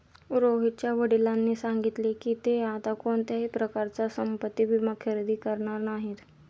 रोहितच्या वडिलांनी सांगितले की, ते आता कोणत्याही प्रकारचा संपत्ति विमा खरेदी करणार नाहीत